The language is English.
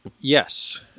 Yes